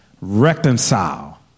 reconcile